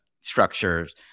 structures